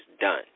done